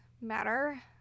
matter